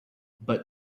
but